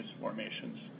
formations